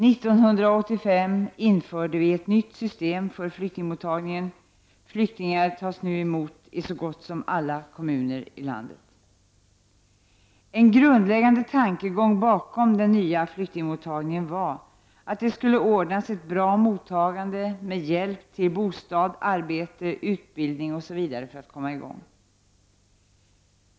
1985 införde vi ett nytt system för flyktingmottagningen. Flyktingar tas nu emot i så gott som alla kommuner i landet. En grundläggande tankegång bakom den nya flyktingmottagningen var att det skulle ordnas ett bra mottagande med hjälp till bostad, arbete, utbildning osv. för att komma i gång.